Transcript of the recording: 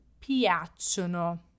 piacciono